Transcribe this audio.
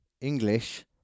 English